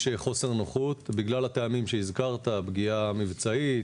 חוסר נוחות בגלל הטעמים שהזכרת: פגיעה מבצעית,